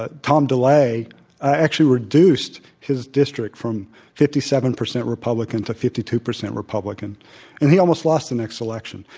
ah tom delay actually reduced his district from fifty seven percent republican to fifty two percent republican and he almost lost the next election.